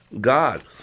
God